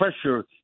pressure